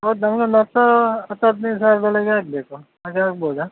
ಹೌದಾ ಒಂದು ಹತ್ತು ಹತ್ತು ಹದಿನೈದು ಸಾವಿರದ ಒಳಗೆ ಆಗ್ಬೇಕು ಹಾಗೆ ಆಗ್ಬೋದಾ